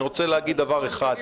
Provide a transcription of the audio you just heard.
אני רוצה להגיד דבר אחד.